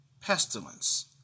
pestilence